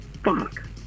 fuck